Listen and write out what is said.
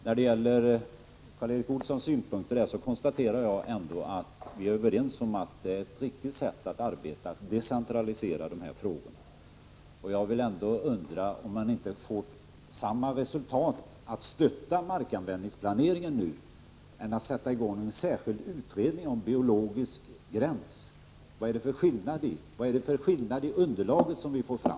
När det gäller Karl Erik Olssons synpunkt konstaterar jag att vi är överens om att det är ett riktigt sätt att arbeta att decentralisera de här frågorna. Jag undrar ändå, om man inte får samma resultat genom att stötta markanvändningsplaneringen som genom att sätta i gång en särskild utredning om biologisk gräns. Vad är det för skillnad i underlaget som vi får fram?